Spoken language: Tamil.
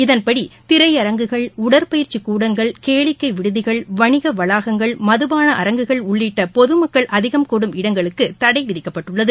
இதன்படி திரையரங்குகள் உடற்பயிற்சிக் கூடங்கள் கேளிக்கை விடுதிகள் வணிக வளாகங்கள் மதுபான அரங்குகள் உள்ளிட்ட பொது மக்கள் அதிகம் கூடும் இடங்களுக்கு தடை விதிக்கப்பட்டுள்ளது